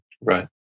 Right